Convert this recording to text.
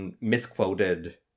misquoted